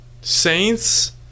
Saints